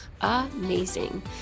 amazing